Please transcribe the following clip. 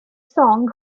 song